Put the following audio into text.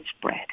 spread